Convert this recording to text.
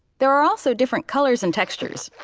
there are also different colors and textures.